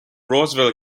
roseville